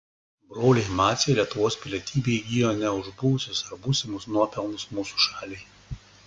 broliai maciai lietuvos pilietybę įgijo ne už buvusius ar būsimus nuopelnus mūsų šaliai